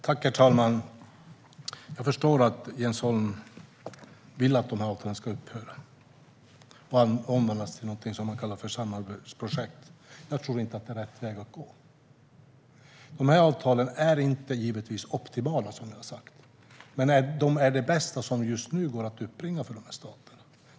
Herr talman! Jag förstår att Jens Holm vill att avtalen ska upphöra och omvandlas till någonting han kallar för samarbetsprojekt. Jag tror inte att det är rätt väg att gå. De här avtalen är som jag har sagt givetvis inte optimala. Men de är det bästa som just nu går att uppbringa för dessa stater.